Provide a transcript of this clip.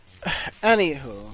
Anywho